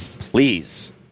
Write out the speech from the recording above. Please